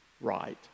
right